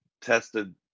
tested